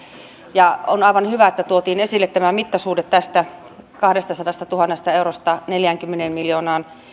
ja on aivan hyvä että tuotiin esille tämä mittasuhde tästä kahdestasadastatuhannesta eurosta neljäänkymmeneen miljoonaan